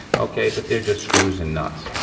okay but they're just screws and nuts.